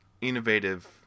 innovative